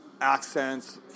accents